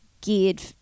geared